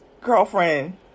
girlfriend